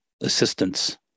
Assistance